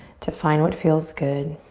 to find what feels good.